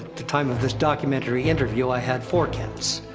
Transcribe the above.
the time of this documentary interview, i had four cats.